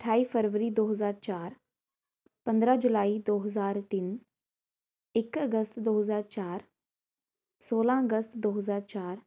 ਅਠਾਈ ਫਰਵਰੀ ਦੋ ਹਜ਼ਾਰ ਚਾਰ ਪੰਦਰਾਂ ਜੁਲਾਈ ਦੋ ਹਜ਼ਾਰ ਤਿੰਨ ਇੱਕ ਅਗਸਤ ਦੋ ਹਜ਼ਾਰ ਚਾਰ ਸੌਲਾਂ ਅਗਸਤ ਦੋ ਹਜ਼ਾਰ ਚਾਰ